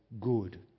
good